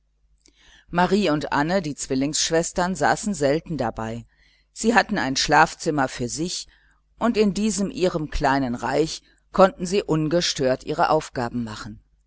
marie und anne die zwillingsschwestern saßen selten dabei sie hatten ein schlafzimmer für sich und in diesem ihrem kleinen reich konnten sie ungestört ihre aufgaben machen